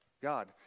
God